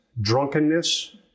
drunkenness